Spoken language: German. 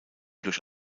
durch